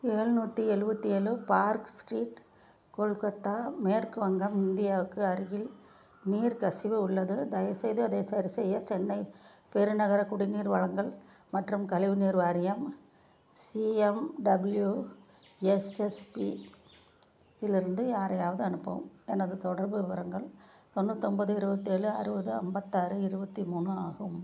ஏழ்நூத்தி எழுவத்தி ஏழு Park Street Kolkata மேற்கு வங்கம் இந்தியாவுக்கு அருகில் நீர் கசிவு உள்ளது தயவுசெய்து அதை சரிசெய்ய சென்னை பெருநகர குடிநீர் வழங்கல் மற்றும் கழிவு நீர் வாரியம் சிஎம்டபிள்யூ எஸ்எஸ்பி இலிருந்து யாரையாவது அனுப்பவும் எனது தொடர்பு விவரங்கள் தொண்ணூத்தொம்பது இருவத்தேழு அறுபது ஐம்பத்தாறு இருபத்தி மூணு ஆகும்